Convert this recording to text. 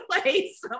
place